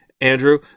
Andrew